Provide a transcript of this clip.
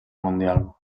mundial